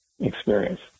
experience